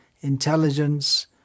intelligence